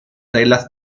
reglas